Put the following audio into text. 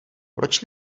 proč